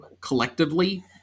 collectively